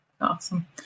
awesome